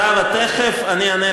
זהבה, תכף אני אענה,